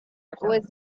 was